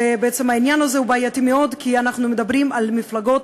והעניין הזה הוא בעייתי מאוד כי אנחנו מדברים על מפלגות